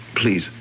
please